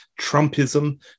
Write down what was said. Trumpism